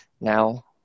now